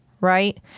right